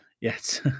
Yes